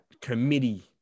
committee